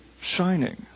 shining